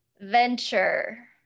Venture